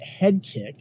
Headkick